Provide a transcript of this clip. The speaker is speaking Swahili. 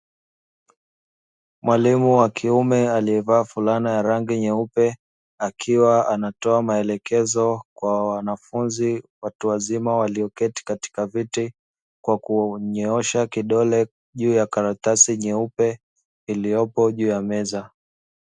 Mwalimu wa kiume alievaa fulana ya rangi nyeupe, akiwa anatoa maelekezo kwa wanafunzi watu wazima walioketi katika viti kwa kunyoosha kidole juu ya karatasi nyeupe iliyopo juu ya meza.